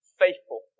faithful